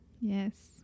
yes